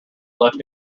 left